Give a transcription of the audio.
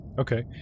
okay